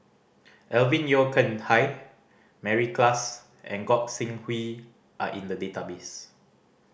Alvin Yeo Khirn Hai Mary Klass and Gog Sing Hooi are in the database